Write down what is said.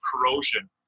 corrosion